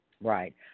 Right